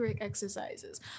exercises